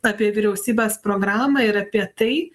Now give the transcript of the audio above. apie vyriausybės programą ir apie tai